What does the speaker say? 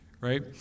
right